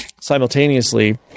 Simultaneously